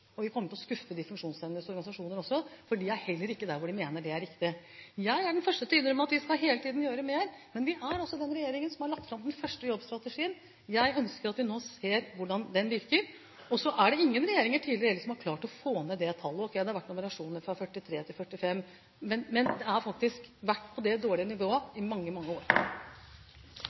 og vi kommer også til å skuffe de funksjonshemmedes organisasjoner, for de er heller ikke der at de mener det er riktig. Jeg er den første til å innrømme at vi hele tiden skal gjøre mer. Men vi er altså den regjeringen som har lagt fram den første jobbstrategien. Jeg ønsker at vi nå ser hvordan den virker. Så er det heller ingen regjeringer tidligere som har klart å få ned det tallet på funksjonshemmede som er i arbeid. Ok, det har vært en reduksjon fra 45 til 42 pst., men det har faktisk vært på det nivået i mange, mange år.